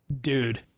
dude